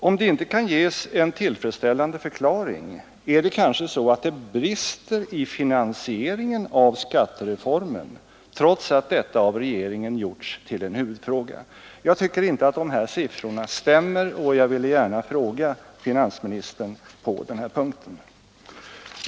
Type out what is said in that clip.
Om det inte kan ges en tillfredsställande förklaring, brister det kanske i finansieringen av skattereformen, trots att detta av regeringen gjorts till en huvudfråga. Jag tycker inte att dessa siffror stämmer och vill därför rikta denna fråga till finansministern.